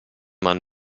man